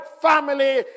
family